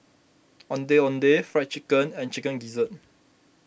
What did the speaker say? Ondeh Ondeh Fried Chicken and Chicken Gizzard